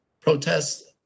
protests